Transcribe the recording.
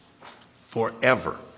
forever